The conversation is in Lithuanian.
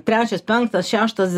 trečias penktas šeštas